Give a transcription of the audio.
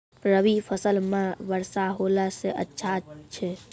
रवी फसल म वर्षा होला से अच्छा छै?